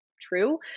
true